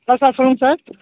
hello sir சொல்லுங்க sir